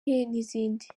n’izindi